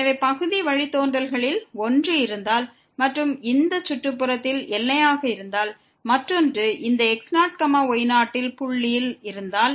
எனவே பகுதி வழித்தோன்றல்களில் ஒன்று இருந்தால் மற்றும் இந்த சுற்றுப்புறத்தில் எல்லையாக இருந்தால் மற்றொன்று இந்த x0 y0 புள்ளியில் இருந்தால்